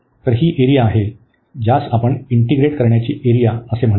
तर ही एरिया आहे ज्यास आपण इंटीग्रेट करण्याची एरिया म्हणतो